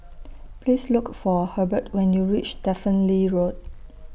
Please Look For Hebert when YOU REACH Stephen Lee Road